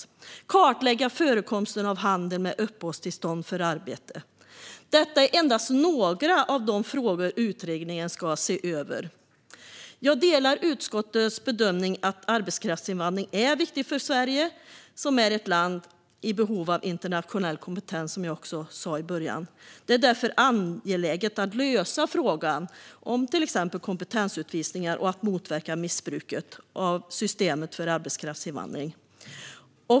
Utredaren ska också kartlägga förekomsten av handel med uppehållstillstånd för arbete. Detta är endast några av de frågor som utredningen ska se över. Jag delar utskottets bedömning att arbetskraftsinvandring är viktig för Sverige, som är ett land i behov av internationell kompetens, vilket jag också sa i början av mitt anförande. Det är därför angeläget att lösa frågan om till exempel kompetensutvisningar och att motverka missbruket av systemet för arbetskraftsinvandring.